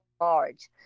large